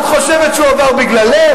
את חושבת שהוא עבר בגללך?